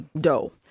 dough